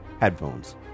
headphones